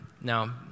Now